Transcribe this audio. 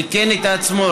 הוא סיכן את עצמו,